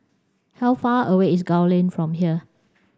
how far away is Gul Lane from here